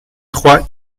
trois